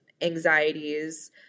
anxieties